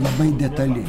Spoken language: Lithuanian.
labai detali